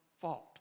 fault